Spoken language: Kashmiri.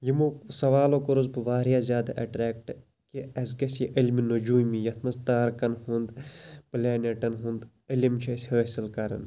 یِمو سَوالو کوٚرُس بہٕ واریاہ زیادٕ اَٹریٚکٹہٕ کہِ اَسہِ گَژھِ یہِ علمِ نجومی یتھ مَنٛز تارکَن ہُنٛد پلیٚنیٚٹَن ہُنٛد علم چھِ أسۍ حٲصل کَران